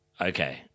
okay